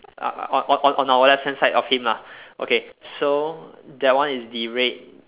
uh on on on our left hand side of him lah okay so that one is the red